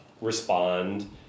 respond